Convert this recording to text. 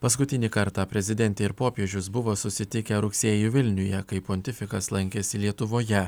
paskutinį kartą prezidentė ir popiežius buvo susitikę rugsėjį vilniuje kai pontifikas lankėsi lietuvoje